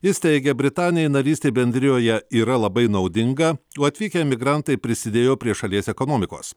jis teigė britanijai narystė bendrijoje yra labai naudinga o atvykę emigrantai prisidėjo prie šalies ekonomikos